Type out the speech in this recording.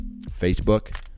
Facebook